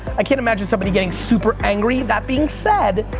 i can't imagine somebody getting super angry, that being said,